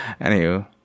Anywho